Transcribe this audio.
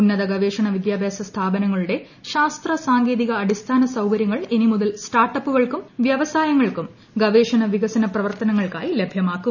ഉന്നത ഗവേഷ്ണ വിദ്യാഭ്യാസ സ്ഥാപനങ്ങളുടെ ശാസ്ത്ര സാങ്കേതിക അടിസ്ഥാന സൌകര്യങ്ങൾ ഇനി മുതൽ സ്റ്റാർട്ടപ്പുകൾക്കും വൃവസായങ്ങൾക്കും ഗവേഷണ വികസന പ്രവർത്തനങ്ങൾക്കായി ലഭ്യമാകും